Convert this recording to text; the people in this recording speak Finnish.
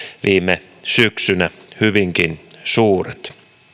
viime syksynä hyvinkin suuret